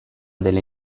delle